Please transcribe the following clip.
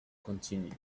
continued